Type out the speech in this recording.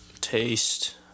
Taste